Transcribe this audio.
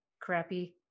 crappy